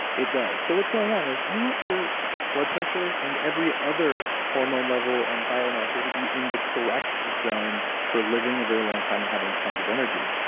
it does, so what's going on is, you want your blood pressure and every other hormone level and biomarker to be in the correct zone for living a very long time and having tons of energy.